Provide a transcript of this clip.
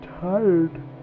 tired